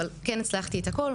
אבל כן הצלחתי את הכול.